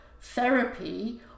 therapy